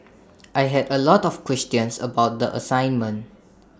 I had A lot of questions about the assignment